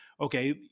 okay